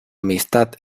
amistad